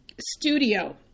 studio